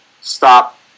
stop